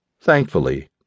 Thankfully